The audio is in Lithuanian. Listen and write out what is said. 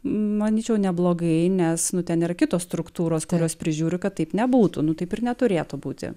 manyčiau neblogai nes nu ten yra kitos struktūros kurios prižiūri kad taip nebūtų taip ir neturėtų būti